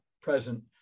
present